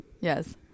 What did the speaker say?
Yes